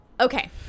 Okay